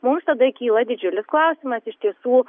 mums tada kyla didžiulis klausimas iš tiesų